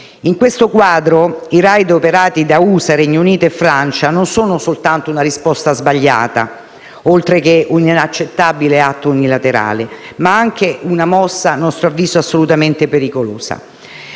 In questo quadro, i *raid* operati da USA, Regno Unito e Francia non sono soltanto una risposta sbagliata, oltre che un inaccettabile atto unilaterale, ma anche una mossa a nostro avviso assolutamente pericolosa.